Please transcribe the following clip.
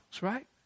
right